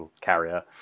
carrier